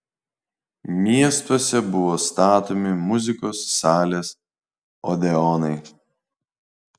miestuose buvo statomi muzikos salės odeonai